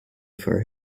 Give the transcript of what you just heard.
for